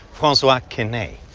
francois quesnay.